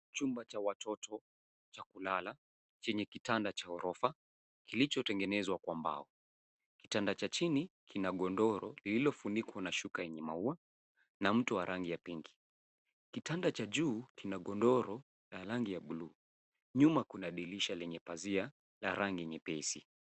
Chumba cha watoto cha kulala chenye kitanda cha ghorofa kilichotengenezwa kwa mbao. Kitanda cha chini kina godoro lililofunikwa na shuka yenye maua na mto wa rangi ya pinki. Kitanda cha juu kina godoro la rangi ya buluu. Nyuma kuna dirisha lenye pazia la rangi nyepesi.